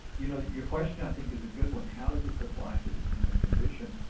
you know your question i think is a good one how does this apply to the human condition?